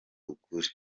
ukuri